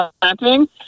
planting